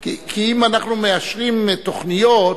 כי אם אנחנו מבצעים תוכניות